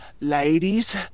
Ladies